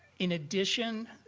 in addition,